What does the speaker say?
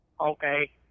Okay